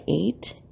eight